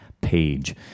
page